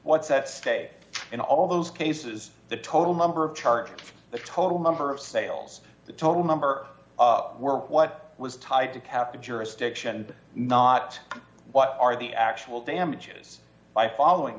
what's at stake in all those cases the total number of chart the total number of sales the total number were what was tied to cap jurisdiction not what are the actual damages by following